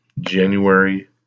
January